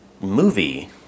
movie